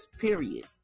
Period